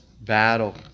battle